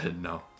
no